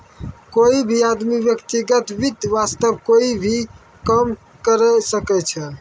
कोई भी आदमी व्यक्तिगत वित्त वास्तअ कोई भी काम करअ सकय छै